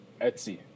Etsy